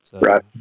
Right